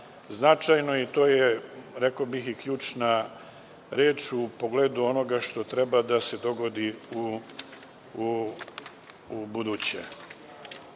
značajno i to je, rekao bih i ključna reč u pogledu onoga što treba da se dogodi u buduće. To